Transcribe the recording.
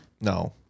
No